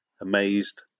Amazed